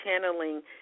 channeling